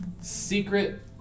secret